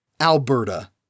Alberta